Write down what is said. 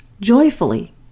joyfully